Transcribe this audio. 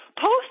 post